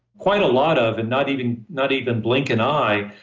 quite a lot of and not even not even blink an eye.